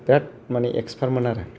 बेराद मानि एक्सपार्टमोन आरो